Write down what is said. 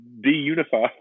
de-unify